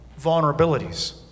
vulnerabilities